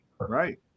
Right